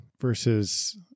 versus